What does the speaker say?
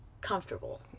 comfortable